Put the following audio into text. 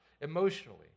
emotionally